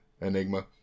Enigma